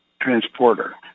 transporter